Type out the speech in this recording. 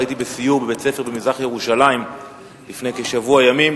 הייתי בסיור בבית-ספר במזרח-ירושלים לפני כשבוע ימים,